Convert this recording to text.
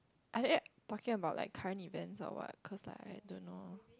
are they talking about like current event or what cause I don't know